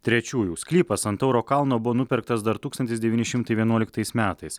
trečiųjų sklypas ant tauro kalno buvo nupirktas dar tūkstantis devyni šimtai vienuoliktais metais